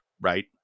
Right